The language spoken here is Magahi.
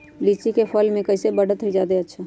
लिचि क फल म कईसे बढ़त होई जादे अच्छा?